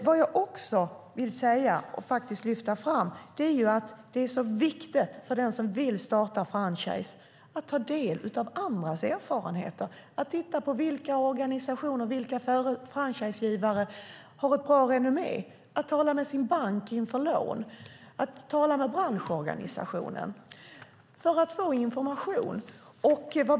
Vad jag också vill säga och lyfta fram är att det är så viktigt för den som vill starta franchise att ta del av andras erfarenheter, att titta på vilka organisationer och vilka franchisegivare som har ett bra renommé, att tala med sin bank inför lån, att tala med branschorganisationen för att få information.